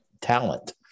talent